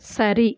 சரி